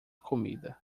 comida